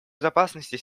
безопасности